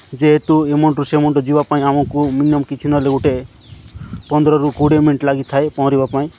ଯେହେତୁ ଏ ମୁଣ୍ଡରୁ ସେ ମୁଣ୍ଡ ଯିବା ପାଇଁ ଆମକୁ ମିନିମମ୍ କିଛି ନହେଲେ ଗୋଟେ ପନ୍ଦରରୁ କୋଡ଼ିଏ ମିନିଟ୍ ଲାଗିଥାଏ ପହଁରିବା ପାଇଁ